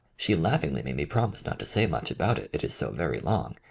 she laughingly made me promise not to say much about it, it is so very long!